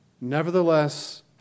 nevertheless